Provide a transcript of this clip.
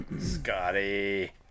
Scotty